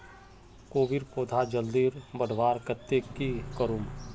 कोबीर पौधा जल्दी बढ़वार केते की करूम?